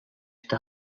eta